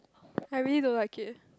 I really don't like it